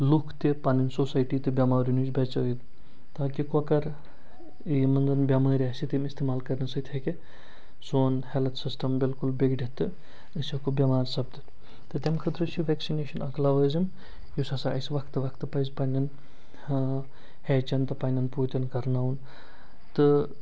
لُکھ تہِ پَنٕنۍ سوسایٹی تہِ بٮ۪ماریو نِش بَچٲوِتھ تاکہِ کۄکَر یِمَن زَن بٮ۪مٲرۍ آسہِ تِم اِستعمال کَرنہٕ سۭتۍ ہیٚکہِ سون ہٮ۪لٕتھ سِسٹَم بِلکُل بِگڑِتھ تہٕ أسۍ ہٮ۪کو بٮ۪مار سَپدِتھ تہٕ تَمہِ خٲطرٕ چھِ وٮ۪کسِنیشَن اَکھ لَوٲزِم یُس ہَسا اَسہِ وَقتہٕ وَقتہٕ پَزِ پَنٛنٮ۪ن ہیچَن تہٕ پَنٛنٮ۪ن پوٗتٮ۪ن کرناوُن تہٕ